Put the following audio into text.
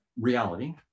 reality